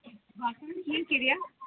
बासण कीअं किरिया